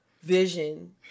vision